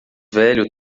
velho